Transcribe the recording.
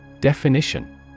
Definition